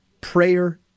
prayer